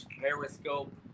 Periscope